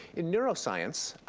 in neuroscience,